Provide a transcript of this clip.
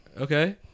Okay